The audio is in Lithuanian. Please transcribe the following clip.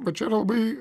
bet čia yra labai